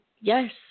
yes